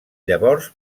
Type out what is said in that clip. llavors